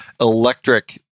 electric